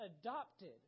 adopted